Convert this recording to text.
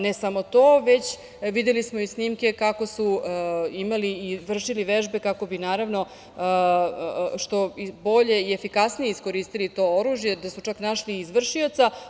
Ne samo to, videli smo i snimke kako su imali i vršili vežbe kako bi naravno što bolje i efikasnije iskoristili to oružje, pa su čak našli i izvršioca.